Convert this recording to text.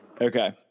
Okay